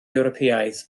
ewropeaidd